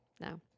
No